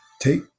take